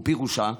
ופירושה: